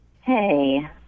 Hey